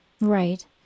Right